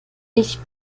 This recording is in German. ich